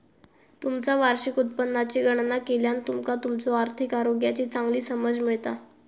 तुमचा वार्षिक उत्पन्नाची गणना केल्यान तुमका तुमच्यो आर्थिक आरोग्याची चांगली समज मिळता